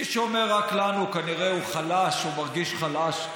מי שאומר "רק לנו", כנראה הוא חלש, הוא מרגיש חלש.